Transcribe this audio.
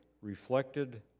reflected